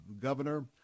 Governor